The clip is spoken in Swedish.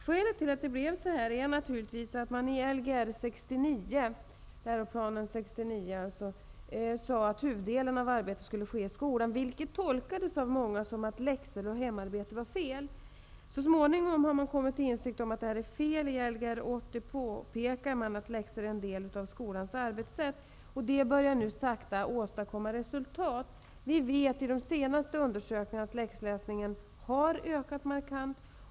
Skälet till att det blev så här är att man i Lgr 69, läroplanen från 1969, sade att huvuddelen av arbetet skulle ske i skolan, vilket av många tolkades som att läxor och hemarbete var fel. Så småningom har man kommit till insikt om att att den uppfattningen är felaktig. I Lgr 80 påpekas att läxor är en del av skolans arbetssätt, och det börjar nu sakta åstadkomma resultat. Vi vet av de senaste undersökningarna att läxläsning har ökat markant.